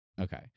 okay